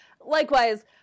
likewise